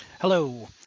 Hello